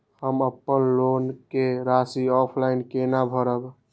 हम अपन लोन के राशि ऑफलाइन केना भरब?